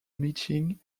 meeting